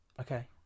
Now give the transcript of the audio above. Okay